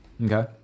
Okay